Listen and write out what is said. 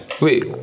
Wait